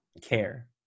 Care